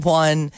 one